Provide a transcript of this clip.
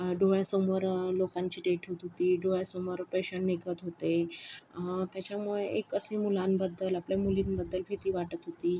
डोळ्यासमोर लोकांची डेथ होत होती डोळ्यासमोर पेशंट निघत होते त्याच्यामुळे एक असं मुलांबद्दल आपल्या मुलींबद्दल भीती वाटत होती